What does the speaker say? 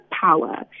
power